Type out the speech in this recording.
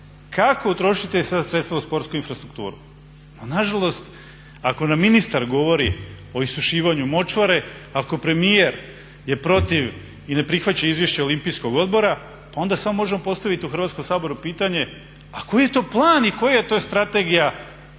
kako utrošiti sredstva u sportsku infrastrukturu. A nažalost, ako nam ministar govori o isušivanju močvare, ako premijer je protiv i ne prihvaća izvješće Olimpijskog odbora, pa onda možemo samo postaviti u Hrvatskom saboru pitanje, a koji je to plan i koja je to strategija hrvatskog